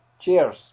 Cheers